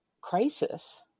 crisis